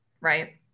Right